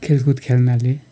खेलकुद खेल्नाले